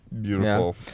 beautiful